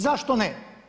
Zašto ne?